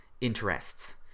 interests